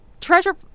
treasure